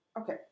Okay